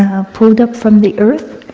ah pulled up from the earth